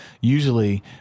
Usually